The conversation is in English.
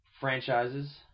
franchises